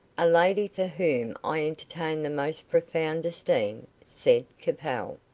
a lady for whom i entertain the most profound esteem, said capel.